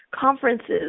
conferences